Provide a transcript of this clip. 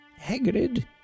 Hagrid